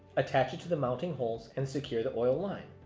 attach it to the mounting holes and secure the oil line.